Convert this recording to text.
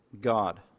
God